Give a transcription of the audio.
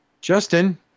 Justin